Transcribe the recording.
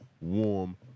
warm